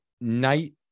night